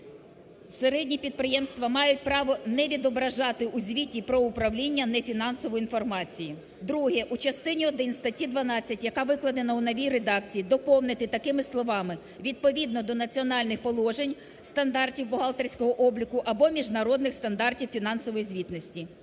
Середні підприємства мають право не відображати у звіті про управління нефінансову інформацію. Друге. У частині один статті 12, яка викладена у новій редакції, доповнити такими словами: "Відповідно до національних положень стандартів бухгалтерського обліку або міжнародних стандартів фінансової звітності".